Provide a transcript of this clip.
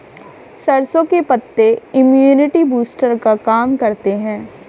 सरसों के पत्ते इम्युनिटी बूस्टर का काम करते है